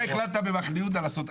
אתה החלטת במחנה יהודה לעשות.